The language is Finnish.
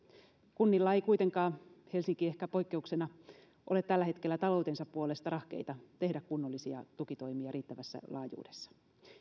kunnilla ei kuitenkaan helsinki ehkä poikkeuksena ole tällä hetkellä taloutensa puolesta rahkeita tehdä kunnollisia tukitoimia riittävässä laajuudessa